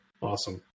awesome